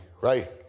right